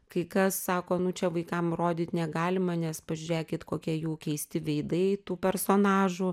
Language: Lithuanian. kai kas sako nu čia vaikam rodyt negalima nes pažiūrėkit kokie jų keisti veidai tų personažų